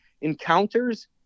encounters